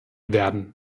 werden